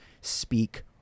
speak